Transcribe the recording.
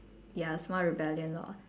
ya a small rebellion lor